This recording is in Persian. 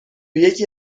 یکی